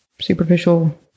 superficial